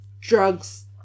drugs